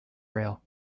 rail